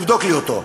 תבדוק לי אותו,